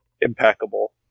impeccable